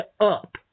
up